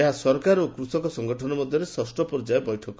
ଏହା ସରକାର ଓ କୃଷକ ସଙ୍ଗଠନ ମଧ୍ୟରେ ଷଷ୍ଠ ପର୍ଯ୍ୟାୟ ବୈଠକ